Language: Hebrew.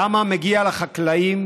למה מגיע לחקלאים,